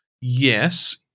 yes